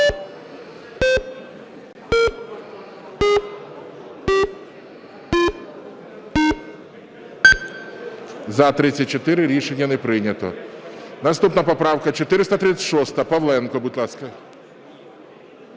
За-34 Рішення не прийнято. Наступна поправка 436, Павленко. Будь ласка.